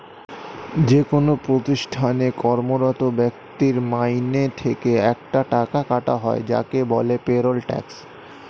যেকোন প্রতিষ্ঠানে কর্মরত ব্যক্তির মাইনে থেকে একটা টাকা কাটা হয় যাকে বলে পেরোল ট্যাক্স